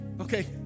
Okay